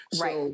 Right